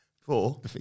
Four